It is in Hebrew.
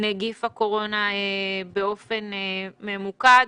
נגיף הקורונה באופן ממוקד.